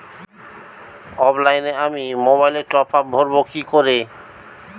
অফলাইনে আমি মোবাইলে টপআপ ভরাবো কি করে?